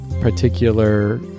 particular